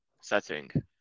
setting